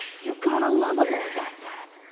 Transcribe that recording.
you've got to love a lord like that.